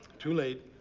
too late.